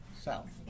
South